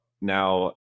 now